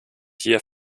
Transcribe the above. hier